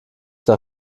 der